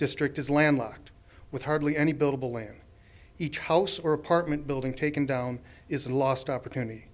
district is landlocked with hardly any billable land each house or apartment building taken down is a lost opportunity